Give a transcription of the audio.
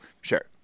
Sure